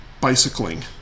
bicycling